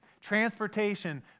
Transportation